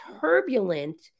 turbulent